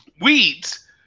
weeds